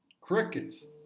crickets